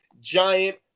giant